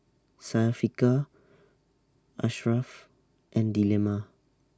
Syafiqah Ashraff and Delima